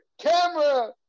camera